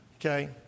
Okay